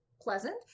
Pleasant